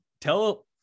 tell